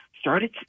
started